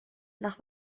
nach